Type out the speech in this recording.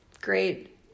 great